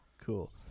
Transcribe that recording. Cool